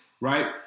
right